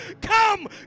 come